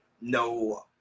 no